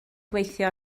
gweithio